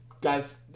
guys